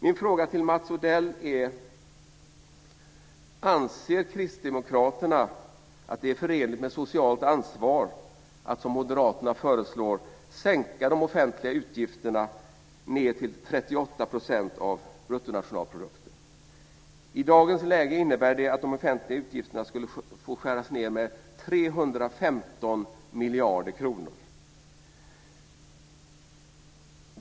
Min fråga till Mats Odell är: Anser Kristdemokraterna att det är förenligt med socialt ansvar att, som Moderaterna föreslår, sänka de offentliga utgifterna ned till 38 % av bruttonationalprodukten? I dagens läge innebär det att de offentliga utgifterna skulle få skäras ned med 315 miljarder kronor.